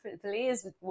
please